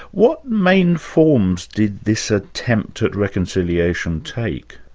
what main forms did this attempt at reconciliation take?